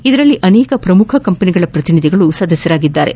ಇದರಲ್ಲಿ ಅನೇಕ ಪ್ರಮುಖ ಕಂಪನಿಗಳ ಪ್ರತಿನಿಧಿಗಳೂ ಸದಸ್ಯರಾಗಿದ್ದಾರೆ